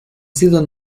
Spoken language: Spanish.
sido